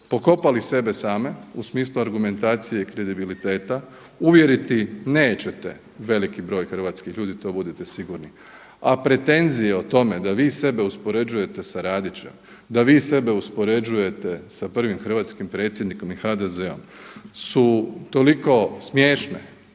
pokopali sebe same u smislu argumentacije i kredibiliteta. Uvjeriti nećete veliki broj hrvatskih ljudi to budite sigurni. A pretenzije o tome da vi sebe uspoređujete sa Radićem, da vi sebe uspoređujete sa prvim hrvatskim predsjednikom i HDZ-om su toliko smiješne